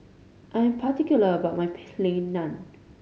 I am particular about my Plain Naan